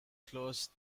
closed